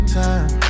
time